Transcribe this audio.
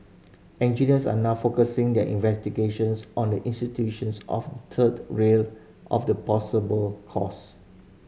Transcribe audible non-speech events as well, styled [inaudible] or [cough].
engineers are now focusing their investigations on the [unintelligible] of third rail of the possible cause